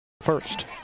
first